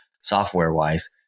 software-wise